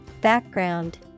Background